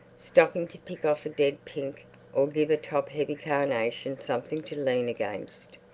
stopping to pick off a dead pink or give a top-heavy carnation something to lean against,